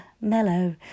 mellow